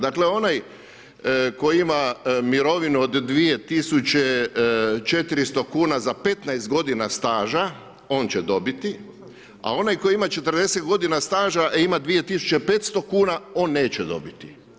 Dakle onaj koji ima mirovinu od 2 400 kuna za 15 godina staža, on će dobiti, a onaj koji ima 40 godina staža ima 2 500, on neće dobiti.